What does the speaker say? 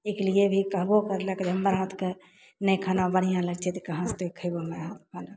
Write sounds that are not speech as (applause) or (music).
(unintelligible) भी कहबो करलक रहऽ हमर हाथके नहि खाना बढ़िआँ लगय छै तऽ कहाँ से खेभो खाना